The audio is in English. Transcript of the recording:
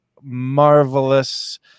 marvelous